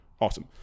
awesome